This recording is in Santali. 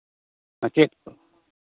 ᱪᱮᱫ ᱠᱚ